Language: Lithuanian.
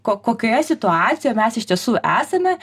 ko kokioje situacijoje mes iš tiesų esame